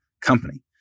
company